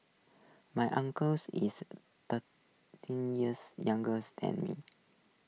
my uncles is thirty years younger than me